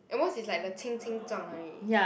at most is like the 轻轻撞而已